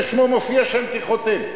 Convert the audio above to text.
ושמו מופיע שם כחותם.